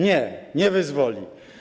Nie, nie wyzwoli.